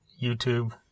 YouTube